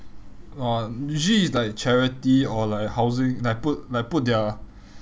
uh usually it's like charity or like housing like put like put their